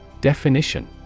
Definition